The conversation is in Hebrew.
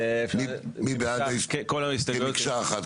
מי בעד כל ההסתייגויות, כמקשה אחת,